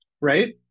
Right